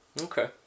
Okay